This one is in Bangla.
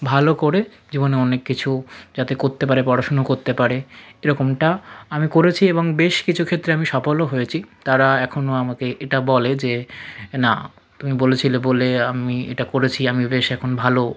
ভালো করে জীবনে অনেক কিছু যাতে করতে পারে পড়াশুনো করতে পারে এরকমটা আমি করেছি এবং বেশ কিছু ক্ষেত্রে আমি সফলও হয়েছি তারা এখনো আমাকে এটা বলে যে না তুমি বলে ছিলে বলে আমি এটা করেছি আমি বেশ এখন ভালো